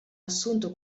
assunto